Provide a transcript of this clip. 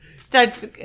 starts